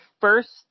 first